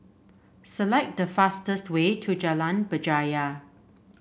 select the fastest way to Jalan Berjaya